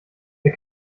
wer